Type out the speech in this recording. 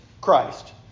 Christ